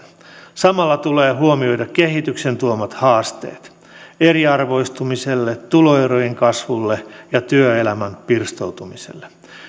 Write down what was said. samalla tulee huomioida kehityksen tuomat haasteet eriarvoistumiselle tuloerojen kasvulle ja työelämän pirstoutumiselle